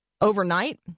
Overnight